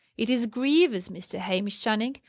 it is grievous, mr. hamish channing!